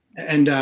and ah,